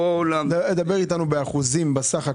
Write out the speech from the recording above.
דבר איתנו באחוזים בסך הכול.